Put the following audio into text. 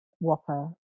whopper